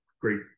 great